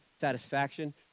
satisfaction